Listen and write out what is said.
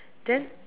then